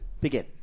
Begin